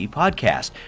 podcast